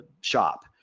shop